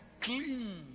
clean